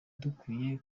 dukwiye